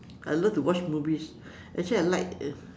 I love to watch movies actually I like